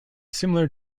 similar